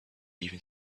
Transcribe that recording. even